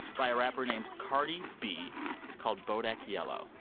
by a rapper named cardi b. it's called bodak yellow.